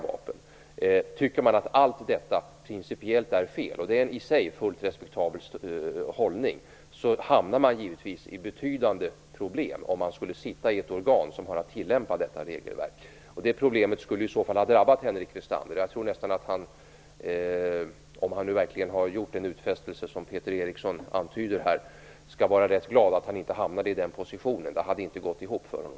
Men tycker man att allt detta principiellt är fel, vilket i sig är en fullt respektabel hållning, får man givetvis betydande problem om man sitter i ett organ som har att tillämpa detta regelverk. Det problemet skulle i så fall ha drabbat Henrik Westander. Om han nu verkligen har gjort en sådan utfästelse som Peter Eriksson antyder, tror jag nästan att han skall vara glad att han inte hamnade i den positionen. Det hade inte gått ihop för honom.